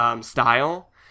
style